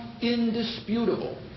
indisputable